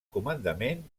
comandament